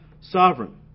sovereign